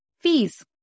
fees